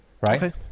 right